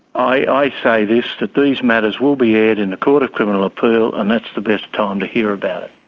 i say this, that these matters will be aired in the court of criminal appeal and that's the best time to hear about it.